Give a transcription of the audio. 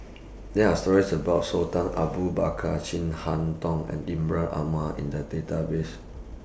There Are stories about Sultan Abu Bakar Chin Harn Tong and Ibrahim Omar in The Database